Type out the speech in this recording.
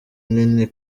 nini